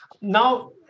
Now